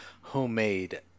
homemade